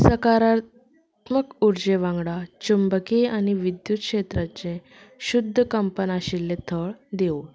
सकारात्मक उर्जे वांगडा चुंबकीय आनी विद्युत क्षेत्राचें शुद्ध कंपन आशिल्लें थळ देव